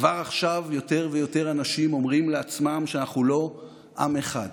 כבר עכשיו יותר ויותר אנשים אומרים לעצמם שאנחנו לא עם אחד,